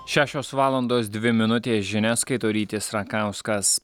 šešios valandos dvi minutės žinias skaito rytis rakauskas